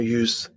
use